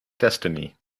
destiny